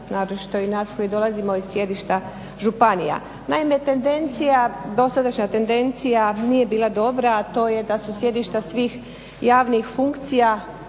naročito i nas koji dolazimo iz sjedišta županija. Naime, tendencija, dosadašnja tendencija nije bila dobra, a to je da su sjedišta svih javnih funkcija